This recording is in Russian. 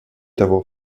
того